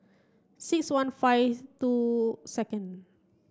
six one five two second